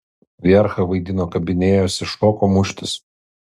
vierchą vaidino kabinėjosi šoko muštis